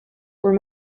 were